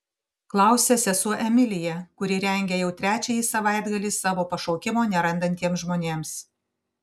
klausia sesuo emilija kuri rengia jau trečiąjį savaitgalį savo pašaukimo nerandantiems žmonėms